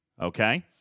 okay